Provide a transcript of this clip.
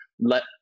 let